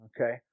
Okay